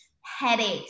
headaches